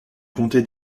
comté